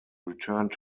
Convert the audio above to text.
returned